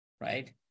right